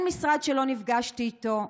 אין משרד שלא נפגשתי איתו,